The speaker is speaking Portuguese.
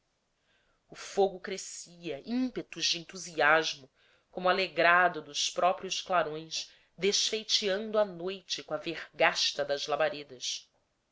o fogo crescia ímpetos de entusiasmo como alegrado dos próprios clarões desfeiteando a noite com a vergasta das labaredas